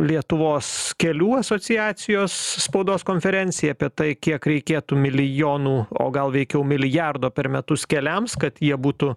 lietuvos kelių asociacijos spaudos konferencija apie tai kiek reikėtų milijonų o gal veikiau milijardo per metus keliams kad jie būtų